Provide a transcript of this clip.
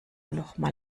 nochmal